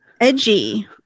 edgy